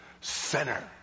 Sinner